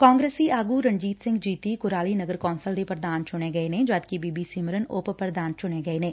ਕਾਂਗਰਸੀ ਆਗੂ ਰਣਜੀਤ ਸਿੰਘ ਜੀਤੀ ਕੁਰਾਲੀ ਨਗਰ ਕੌਂਸਲ ਦੇ ਪ੍ਰਧਾਨ ਚੂਣੇ ਗਏ ਨੇ ਜਦਕਿ ਬੀਬੀ ਸਿਮਰਨ ਉਪ ਪੁਧਾਨ ਚੁਣੇ ਗਏ ਨੇ